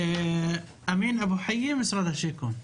אמין אבו חייה, בבקשה.